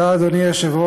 תודה, אדוני היושב-ראש,